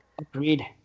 Agreed